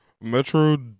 Metro